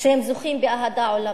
שהם זוכים באהדה עולמית.